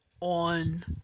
on